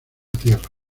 tierra